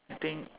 I think